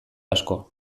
asko